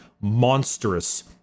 monstrous